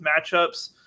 matchups